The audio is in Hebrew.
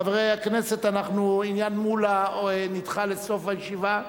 חברי הכנסת, עניין מולה נדחה לסוף הישיבה.